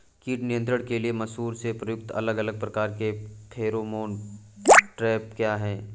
कीट नियंत्रण के लिए मसूर में प्रयुक्त अलग अलग प्रकार के फेरोमोन ट्रैप क्या है?